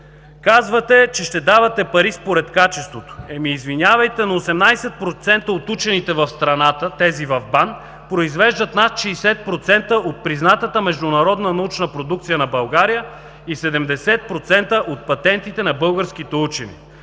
Казвате, че ще давате пари според качеството. Извинявайте, но 18% от учените в страната – тези в БАН, произвеждат над 60% от признатата международна научна продукция на България и 70% от патентите на българските учени.